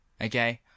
okay